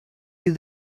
you